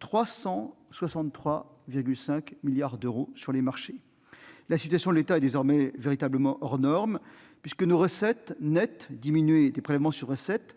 363,5 milliards d'euros sur les marchés. La situation de l'État est véritablement hors-norme : les recettes nettes diminuées des prélèvements sur recettes